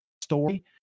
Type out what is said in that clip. story